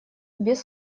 без